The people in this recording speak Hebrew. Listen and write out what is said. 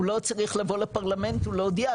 הוא לא צריך לבוא לפרלמנט ולהודיע,